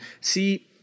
see